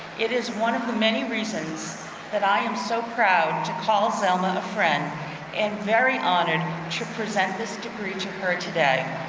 it is one of the many reasons that i am so proud to call zelma a friend and very honored to present this degree to her today.